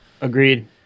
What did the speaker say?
Agreed